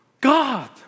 God